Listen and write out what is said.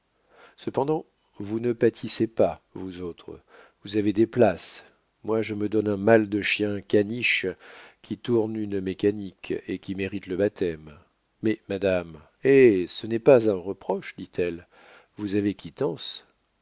cependant vous ne pâtissez pas vous autres vous avez des places moi je me donne un mal de chien caniche qui tourne une mécanique et qui mérite le baptême mais madame hé ce n'est pas un reproche dit-elle vous avez quittance